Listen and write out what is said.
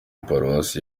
paruwasi